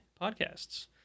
podcasts